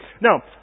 Now